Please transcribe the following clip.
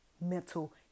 mental